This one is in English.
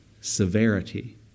severity